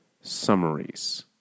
summaries